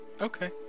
okay